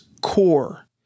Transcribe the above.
core